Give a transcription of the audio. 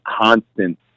constant